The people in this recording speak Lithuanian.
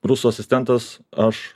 rusų asistentas aš